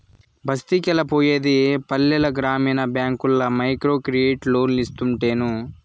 బస్తికెలా పోయేది పల్లెల గ్రామీణ బ్యాంకుల్ల మైక్రోక్రెడిట్ లోన్లోస్తుంటేను